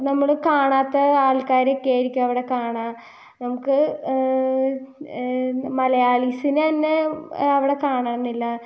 നമ്മൾ കാണാത്ത ആൾക്കാരൊക്കെയായിരിക്കും അവിടെ കാണുക നമുക്ക് മലയാളീസിനെ തന്നെ അവിടെ കാണാനില്ല